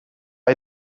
die